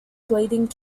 bleeding